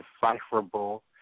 decipherable